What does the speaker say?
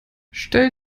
stell